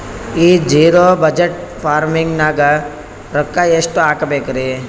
ಈ zero budget farming ನಾಗ್ ರೊಕ್ಕ ಎಷ್ಟು ಹಾಕಬೇಕರಿ?